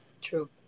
True